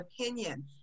opinion